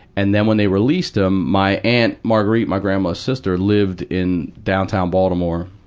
and then when they released him my aunt marguerite, my grandmother's sister, lived in downtown baltimore,